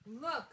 Look